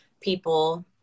people